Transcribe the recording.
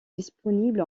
disponible